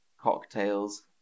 cocktails